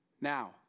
Now